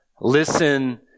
Listen